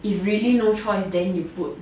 if really no choice then you put